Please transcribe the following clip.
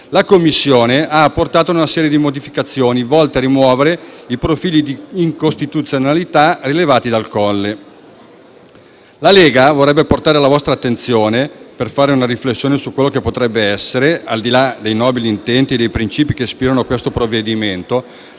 la Commissione ha apportato una serie di modifiche, volte a rimuovere i profili di incostituzionalità rilevati dal Colle. Per fare una riflessione su quello che potrebbe accadere, al di là dei nobili intenti e dei principi che ispirano questo provvedimento,